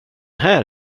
här